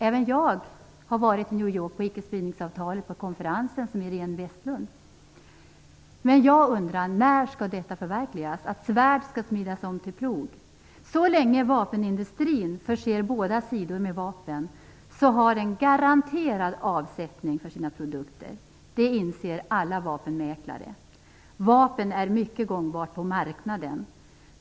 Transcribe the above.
Även jag har varit i New York på konferensen om ickespridningsavtalet, som Iréne Vestlund. Men jag undrar: När skall det förverkligas att svärd skall smidas om till plog? Så länge vapenindustrin förser båda sidor med vapen, så har den en garanterad avsättning för sina produkter. Det inser alla vapenmäklare. Vapen är mycket gångbart på marknaden.